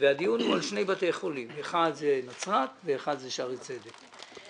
והדיון הוא על שני בתי חולים נצרת ושערי צדק.